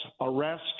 arrest